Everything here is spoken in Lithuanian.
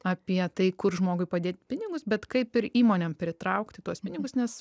apie tai kur žmogui padėt pinigus bet kaip ir įmonėm pritraukti tuos pinigus nes